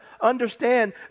understand